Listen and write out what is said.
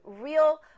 real